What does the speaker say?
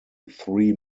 three